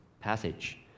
passage